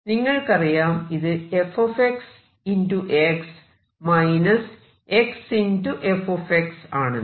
നിങ്ങൾക്കറിയാം ഇത് fx xf ആണെന്ന്